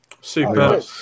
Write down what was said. super